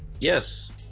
yes